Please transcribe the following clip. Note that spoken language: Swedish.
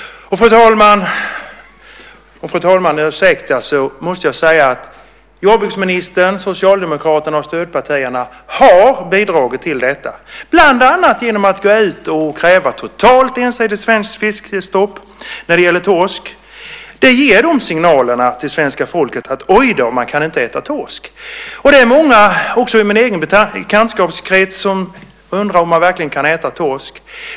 Fru talman! Om fru talman ursäktar måste jag säga att jordbruksministern, Socialdemokraterna och stödpartierna har bidragit till detta, bland annat genom att kräva ett totalt ensidigt svenskt fiskestopp när det gäller torsk. Det ger de signalerna till svenska folket att man inte kan äta torsk. Det är många, också i min egen bekantskapskrets, som undrar om man verkligen kan äta torsk.